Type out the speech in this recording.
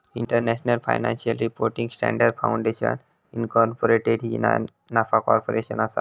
international financial reporting standards foundation incorporated ही ना नफा कॉर्पोरेशन असा